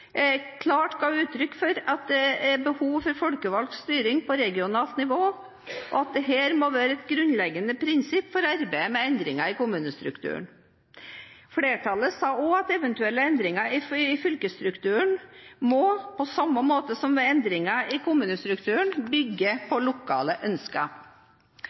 klart ga uttrykk for at det er behov for folkevalgt styring på regionalt nivå, og at dette må være et grunnleggende prinsipp for arbeidet med endringer i kommunestrukturen. Flertallet sa også at eventuelle endringer i fylkesstrukturen må, på samme måte som endringer i kommunestrukturen, bygge på lokale ønsker.